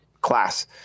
class